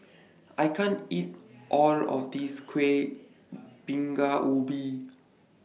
I can't eat All of This Kuih Bingka Ubi